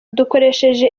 dukoresheje